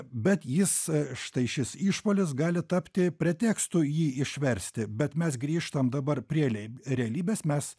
bet jis štai šis išpuolis gali tapti pretekstu jį išversti bet mes grįžtam dabar prie lei realybės mes